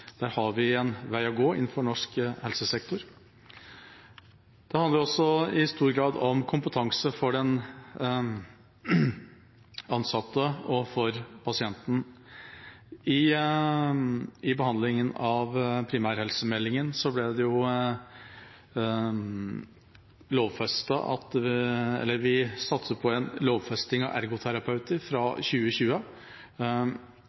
Der har vi en vei å gå innenfor norsk helsesektor. Det handler også i stor grad om kompetanse for den ansatte og for pasienten. Ved behandlingen av primærhelsemeldingen